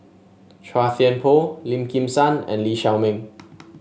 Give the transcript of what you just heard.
Chua Thian Poh Lim Kim San and Lee Shao Meng